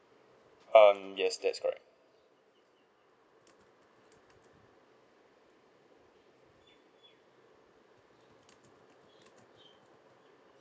um yes that's correct